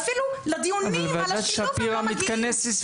הם אפילו לא מגיעים לדיונים על השילוב.